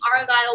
Argyle